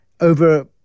over